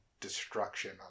destruction